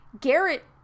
Garrett